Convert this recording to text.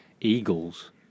eagles